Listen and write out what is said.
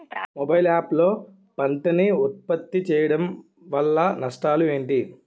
Mobile app లో పంట నే ఉప్పత్తి చేయడం వల్ల నష్టాలు ఏంటి?